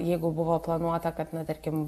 jeigu buvo planuota kad na tarkim